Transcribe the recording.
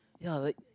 ya like